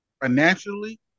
financially